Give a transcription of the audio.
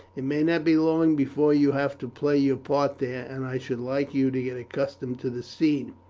it may not be long before you have to play your part there, and i should like you to get accustomed to the scene,